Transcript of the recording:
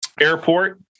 airport